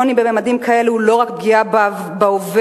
עוני בממדים כאלה הוא לא רק פגיעה בהווה